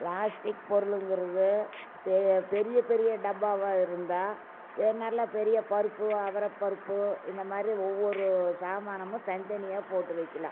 plastic பொருளுங்கிறது பெரிய பெரிய டப்பாவாக இருந்தால் ஏன் நல்ல பெரிய பருப்பு அவரை பருப்பு இந்தமாதிரி ஒவ்வொரு சாமானமும் தனித்தனியாக போட்டு வைக்கலாம்